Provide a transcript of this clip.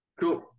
Cool